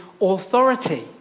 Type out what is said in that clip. authority